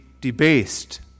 debased